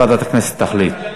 ועדת הכנסת תחליט.